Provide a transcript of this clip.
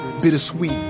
Bittersweet